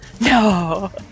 No